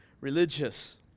religious